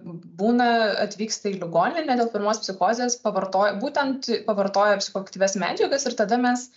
būna atvyksta į ligoninę dėl pirmos psichozės pavartojo būtent pavartojo psichoaktyvias medžiagas ir tada mes